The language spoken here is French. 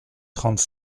trente